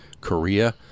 Korea